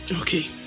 okay